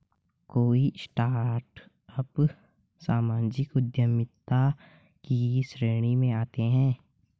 कई स्टार्टअप सामाजिक उद्यमिता की श्रेणी में आते हैं